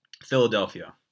philadelphia